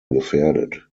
gefährdet